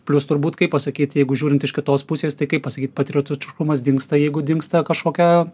plius turbūt kaip pasakyt jeigu žiūrint iš kitos pusės tai kaip pasakyt patriotiškumas dingsta jeigu dingsta kažkokia